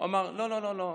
הוא אמר: לא, לא, לא.